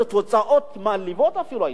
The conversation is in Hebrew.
אלה תוצאות מעליבות אפילו,